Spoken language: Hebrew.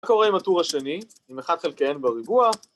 מה קורה עם הטור השני, אם 1 חלקי N בריבוע